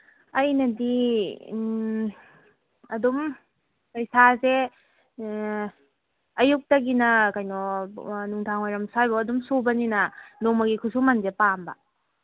ꯑꯩꯅꯗꯤ ꯑꯗꯨꯝ ꯄꯩꯁꯥꯁꯦ ꯑꯌꯨꯛꯇꯒꯤꯅ ꯀꯩꯅꯣ ꯅꯨꯡꯗꯥꯡꯋꯥꯏꯔꯝ ꯁꯥꯏꯕꯨꯛ ꯑꯗꯨꯝ ꯁꯨꯕꯅꯤꯅ ꯅꯣꯡꯃꯒꯤ ꯈꯨꯠꯁꯨꯃꯟꯁꯦ ꯄꯥꯝꯕ